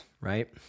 right